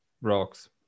Rocks